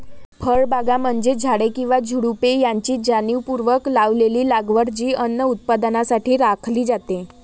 फळबागा म्हणजे झाडे किंवा झुडुपे यांची जाणीवपूर्वक लावलेली लागवड जी अन्न उत्पादनासाठी राखली जाते